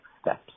steps